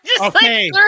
Okay